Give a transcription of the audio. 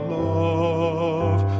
love